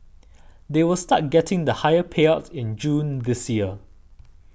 they will start getting the higher payouts in June this year